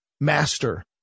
master